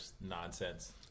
nonsense